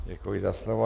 Děkuji za slovo.